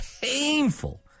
painful